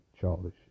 childish